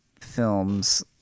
films